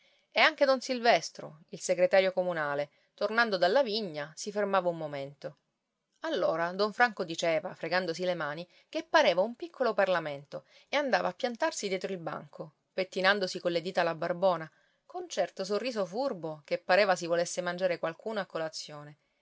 e anche don silvestro il segretario comunale tornando dalla vigna si fermava un momento allora don franco diceva fregandosi le mani che pareva un piccolo parlamento e andava a piantarsi dietro il banco pettinandosi colle dita la barbona con certo sorriso furbo che pareva si volesse mangiare qualcuno a colezione